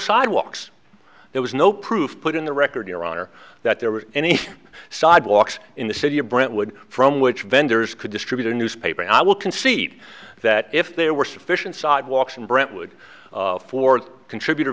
sidewalks there was no proof put in the record your honor that there were any sidewalks in the city of brentwood from which vendors could distribute a newspaper and i will concede that if there were sufficient sidewalks in brentwood for contributor